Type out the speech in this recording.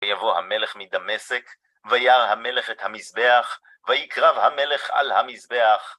ויבוא המלך מדמשק, וירא המלך את המזבח, ויקרב המלך על המזבח.